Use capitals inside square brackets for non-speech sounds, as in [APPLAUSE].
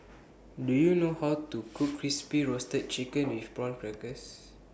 Do YOU know How to [NOISE] Cook Crispy Roasted Chicken with Prawn Crackers